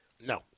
No